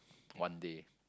one day